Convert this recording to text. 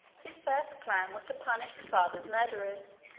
his first plan was to punish his father's murderers.